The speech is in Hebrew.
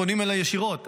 פונים אליי ישירות,